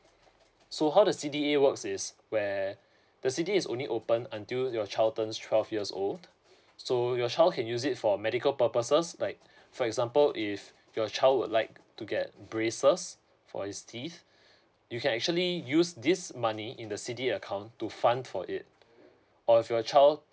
so how does C_D_A works is where the D_D_A is only open until your child turns twelve years old so your child can use it for medical purposes like for example if your child would like to get braces for his teeth you can actually use this money in the C_D_A account to fund for it or if your child